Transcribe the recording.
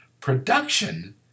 Production